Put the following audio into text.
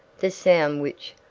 the sound which,